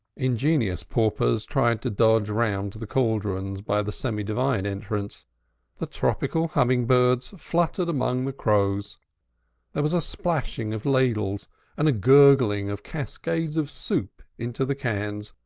ingenious paupers tried to dodge round to the cauldrons by the semi-divine entrance the tropical humming-birds fluttered among the crows there was a splashing of ladles and a gurgling of cascades of soup into the cans,